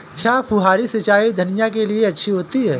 क्या फुहारी सिंचाई धनिया के लिए अच्छी होती है?